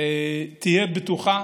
תהיה בטוחה.